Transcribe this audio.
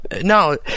No